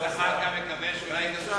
חושב שככה, גם אתה צועק.